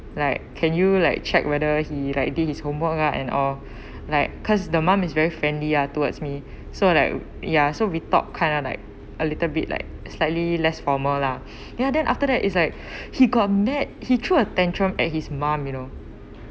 like can you like check whether he like did his homework ah and all like cause the mum is very friendly ah towards me so like ya so we talk kind of like a little bit like slightly less formal lah then after that it's like he got mad he threw a tantrum at his mum you know